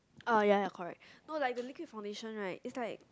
uh ya ya correct know like the liquid foundation right is like